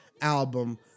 album